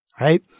right